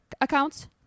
accounts